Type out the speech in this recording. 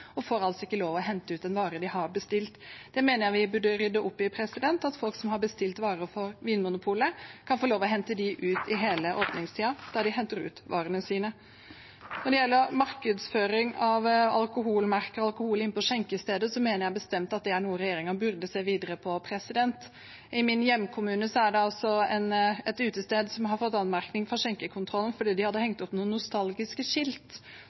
og får altså ikke lov til å hente ut en vare de har bestilt. Det mener jeg vi burde rydde opp i, slik at folk som har bestilt varer på Vinmonopolet, kan få lov til å hente dem ut i hele åpningstiden der de henter ut varene sine. Når det gjelder markedsføring av alkoholmerker og alkohol inne på skjenkesteder, mener jeg bestemt at det er noe regjeringen burde se videre på. I min hjemkommune er det et utested som har fått anmerkning fra skjenkekontrollen, fordi de hadde hengt opp noen nostalgiske skilt